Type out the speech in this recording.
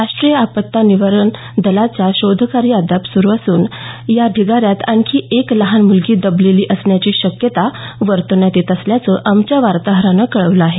राष्ट्रीय आपत्ती निवारण दलाचं शोधकार्य अद्याप सुरू असून या ढिगाऱ्यात आणखी एक लहान मुलगी दबलेली असण्याची शक्यता वर्तविण्यात येत असल्याचं आमच्या वार्ताहरानं कळवलं आहे